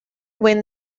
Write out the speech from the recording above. win